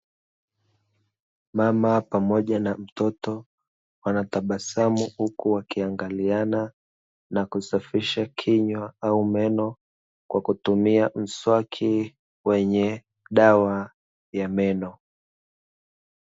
Mama pamoja na mtoto wanatabasamu, huku wanaangaliana na kusafisha kinywa au meno, kwa kutumia mswaki wenye dawa ya meno.